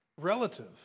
relative